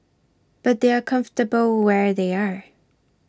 but they are comfortable where they are